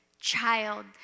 child